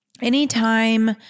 anytime